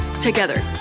together